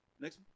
next